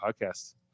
podcasts